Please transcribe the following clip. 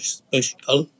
special